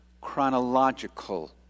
chronological